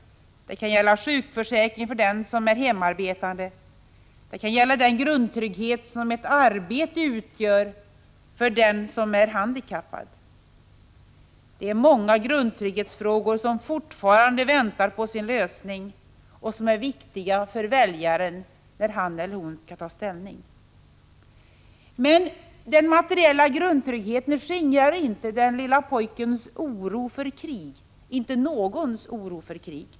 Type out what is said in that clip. Det kan gälla sjukförsäkringen för dem som är hemarbetande. Det kan gälla den grundtrygghet som ett arbete utgör för den som är handikappad. Det är många grundtrygghetsfrågor som fortfarande väntar på sin lösning och som är viktiga för väljaren när han eller hon skall ta ställning. Men den materiella grundtryggheten skingrar inte den lille pojkens oro för krig — inte någons oro för krig.